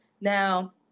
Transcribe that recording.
Now